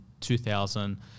2000